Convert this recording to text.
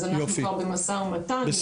אז אנחנו כבר במשא ומתן עם האוצר.